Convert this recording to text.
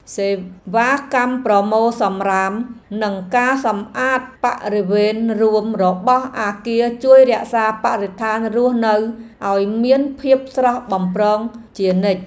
សេវាកម្មប្រមូលសំរាមនិងការសម្អាតបរិវេណរួមរបស់អគារជួយរក្សាបរិស្ថានរស់នៅឱ្យមានភាពស្រស់បំព្រងជានិច្ច។